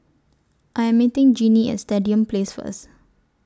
I Am meeting Jinnie At Stadium Place First